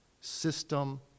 system